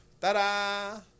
Ta-da